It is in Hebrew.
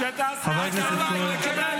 --- שלה מצוינות -- שתעשה הכשרה, היא תקבל.